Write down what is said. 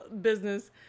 business